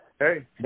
Hey